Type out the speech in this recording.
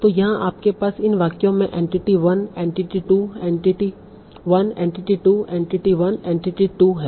तो यहां आपके पास इन वाक्यों में entity 1 entity 2 entity 1 entity 2 entity 1 entity 2 है